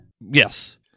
Yes